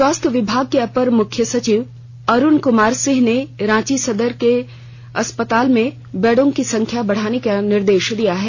स्वास्थ्य विभाग के अपर मुख्य सचिव अरुण क्मार सिंह ने रांची के सदर अस्पताल में बड़ों की संख्या बढ़ाने के निर्देश दिए हैं